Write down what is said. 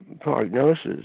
prognosis